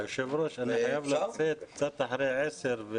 היושב ראש, אני חייב לצאת קצת אחרי עשר.